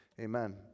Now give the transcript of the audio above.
Amen